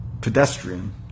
pedestrian